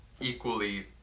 equally